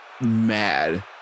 mad